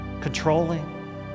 Controlling